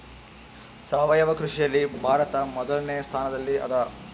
ಸಾವಯವ ಕೃಷಿಯಲ್ಲಿ ಭಾರತ ಮೊದಲನೇ ಸ್ಥಾನದಲ್ಲಿ ಅದ